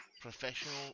Professional